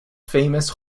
famous